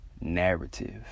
narrative